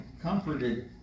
comforted